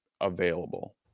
available